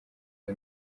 iyi